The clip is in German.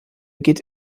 geht